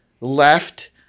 left